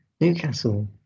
Newcastle